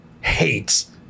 hates